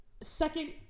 second